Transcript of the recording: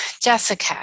Jessica